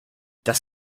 das